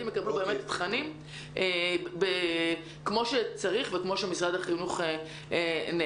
באמת יקבלו תכנים כמו שצריך וכמו שמשרד החינוך נערך.